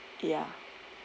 ya